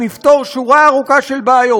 נפתור שורה ארוכה של בעיות: